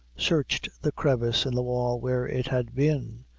searched the crevice in the wall where it had been,